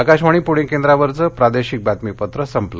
आकाशवाणी पणे केंद्रावरचं प्रादेशिक बातमीपत्र संपलं